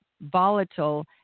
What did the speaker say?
volatile